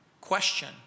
question